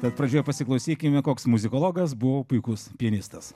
bet pradžioje pasiklausykime koks muzikologas buvo puikus pianistas